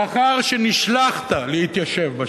לאחר שנשלחת להתיישב בשטחים,